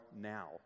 now